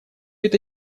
это